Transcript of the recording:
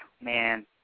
man